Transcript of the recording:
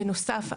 בנוסף,